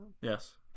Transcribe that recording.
Yes